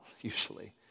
usually